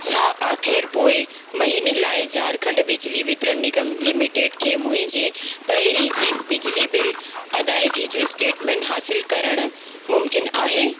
छा आख़िर पोएं महीने लाइ झारखंड बिजली वितरण निगम लिमिटेड खे मुंहिंजे पहिरीं जी बिजली बिल अदायगी जो स्टेटमेंट हासिलु करणु मुमकिन आहे